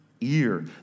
ear